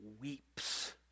weeps